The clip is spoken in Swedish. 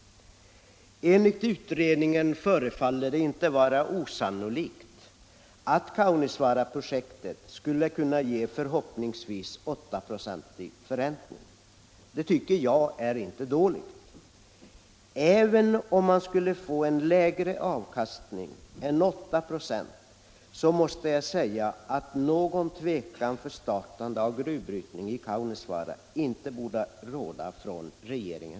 Enligt utredningen förefaller det inte osannolikt att Kaunisvaaraprojektet skulle kunna ge förhoppningsvis en 8-procentig förräntning. Det tycker jag inte är dåligt. Även om man skulle få en lägre avkastning än 8 96 borde regeringen inte tveka att starta gruvbrytning i Kaunisvaara.